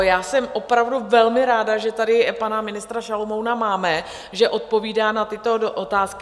Já jsem opravdu velmi ráda, že tady pana ministra Šalomouna máme, že odpovídá na tyto otázky.